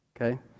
Okay